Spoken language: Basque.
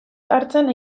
hartzen